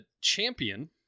champion